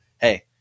hey